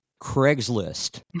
Craigslist